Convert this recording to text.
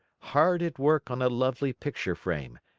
hard at work on a lovely picture frame,